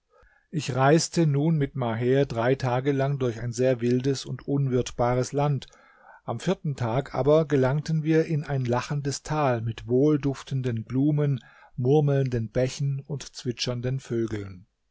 ich reiste nun mit maher drei tage lang durch ein sehr wildes und unwirtbares land am vierten tag aber gelangten wir in ein lachendes tal mit wohlduftenden blumen murmelnden bächen und zwitschernden vögeln